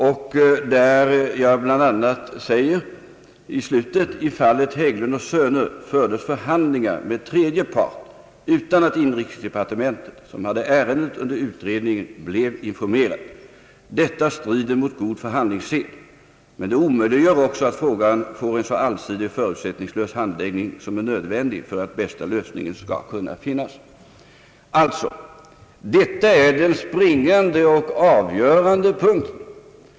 I slutet av artikeln säger jag bl.a.: »I fallet Hägglund & Söner för des förhandlingar med tredje part utan att inrikesdepartementet, som hade ärendet under utredning, blev informerat. Detta strider mot god förhandlingssed, men det omöjliggör också att frågan får en så allsidig och förutsättningslös handläggning som är nödvändig för ait bästa lösningen skall kunna finnas.» Detta är alltså den springande och avgörande punkten.